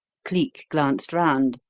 cleek glanced round.